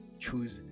choose